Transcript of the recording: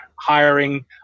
hiring